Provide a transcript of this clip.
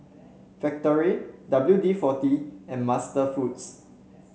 Factorie W D forty and MasterFoods